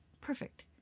perfect